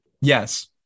Yes